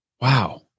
Wow